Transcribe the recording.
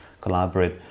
collaborate